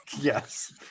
Yes